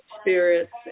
spirits